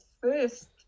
first